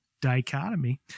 dichotomy